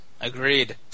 Agreed